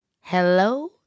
Hello